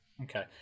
Okay